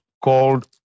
called